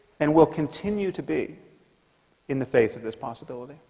and will continue to be in the face of this possibility.